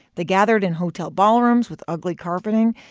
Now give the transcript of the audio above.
they gathered in hotel ballrooms with ugly carpeting.